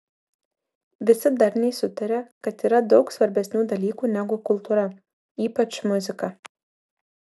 visi darniai sutaria kad yra daug svarbesnių dalykų negu kultūra ypač muzika